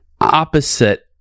opposite